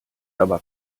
aber